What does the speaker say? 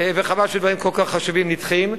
וחבל שדברים כל כך חשובים נדחים.